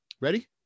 Ready